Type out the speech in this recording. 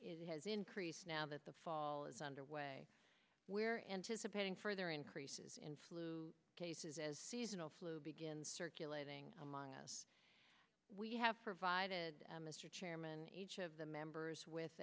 it has increased now that the fall is underway we're anticipating further increases in flu cases as seasonal flu begins circulating among us we have provided mr chairman age of the members with